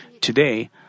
Today